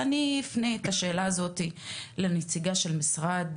אני רוצה לשמוע מנציג ההסתדרות החדשה על הנושא.